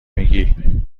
میگیی